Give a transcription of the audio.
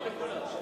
לא לכולם יש.